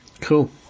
Cool